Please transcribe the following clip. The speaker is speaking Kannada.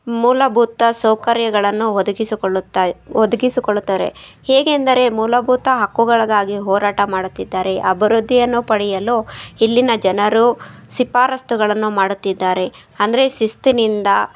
ಮೂಲಭೂತ ಸೌಕರ್ಯಗಳನ್ನು ಒದಗಿಸಿಕೊಳ್ಳುತ್ತ ಒದ್ಗಿಸಿಕೊಳ್ಳುತ್ತಾರೆ ಹೇಗೆಂದರೆ ಮೂಲಭೂತ ಹಕ್ಕುಗಳಿಗಾಗಿ ಹೋರಾಟ ಮಾಡುತ್ತಿದ್ದಾರೆ ಅಭಿರುದ್ಧಿಯನ್ನು ಪಡೆಯಲು ಇಲ್ಲಿನ ಜನರು ಶಿಫಾರಸ್ತುಗಳನ್ನು ಮಾಡುತ್ತಿದ್ದಾರೆ ಅಂದ್ರೆ ಶಿಸ್ತಿನಿಂದ